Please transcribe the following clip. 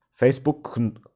facebook